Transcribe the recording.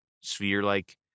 sphere-like